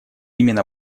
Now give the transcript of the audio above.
именно